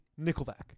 Nickelback